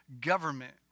government